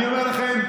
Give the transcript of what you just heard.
אני אומר לכם,